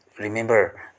remember